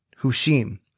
Hushim